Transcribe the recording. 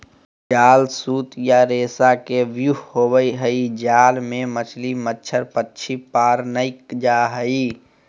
जाल सूत या रेशा के व्यूह होवई हई जाल मे मछली, मच्छड़, पक्षी पार नै जा हई